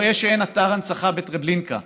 רואה שאין אתר הנצחה בטרבלינקה.